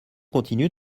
continue